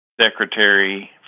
secretary